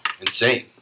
insane